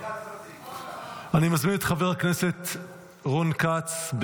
אני מזמין את חבר הכנסת רון כץ,